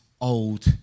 old